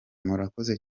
murakoze